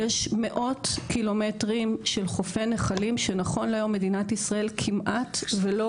יש מאות קילומטרים של חופי נחלים שנכון להיום מדינת ישראל כמעט ולא